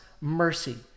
mercy